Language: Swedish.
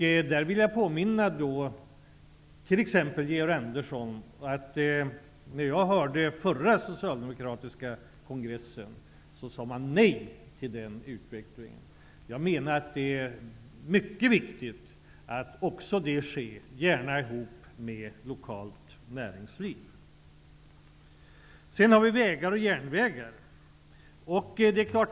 Där vill jag påminna Georg Andersson om att den förra socialdemokratiska kongressen sade nej till den utvecklingen. Det är mycket viktigt att också detta sker, gärna tillsammans med lokalt näringsliv. Sedan har vi vägar och järnvägar.